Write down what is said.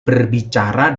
berbicara